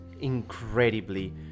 incredibly